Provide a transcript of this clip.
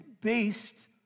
based